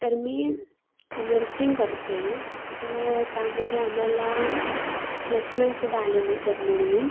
तर मी नर्सिंग करती आहे तर त्यामध्ये आम्हाला प्लेसमेंटसुद्धा आलेली जर्मणीहून